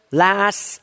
last